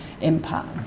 impact